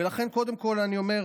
ולכן קודם כול אני אומר,